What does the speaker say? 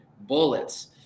bullets